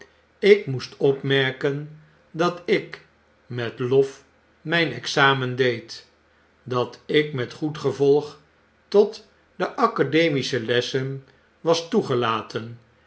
ik moet opmerken dat ik met lof mijn examen deed dat ik met goed gevolg tot de academische lessen was toegelaten